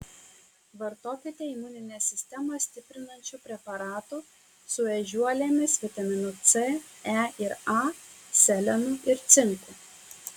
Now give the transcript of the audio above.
vartokite imuninę sistemą stiprinančių preparatų su ežiuolėmis vitaminu c e ir a selenu ir cinku